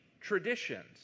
traditions